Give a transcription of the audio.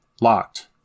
Locked